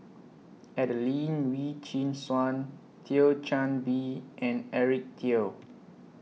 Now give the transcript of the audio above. Adelene Wee Chin Suan Thio Chan Bee and Eric Teo